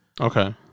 Okay